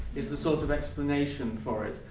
is the sort of explanation for it.